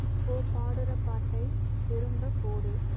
இப்போ பாடுகிற பாட்டை திரும்பப் போடு